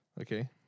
Okay